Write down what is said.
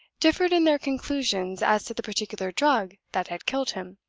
differed in their conclusions as to the particular drug that had killed him.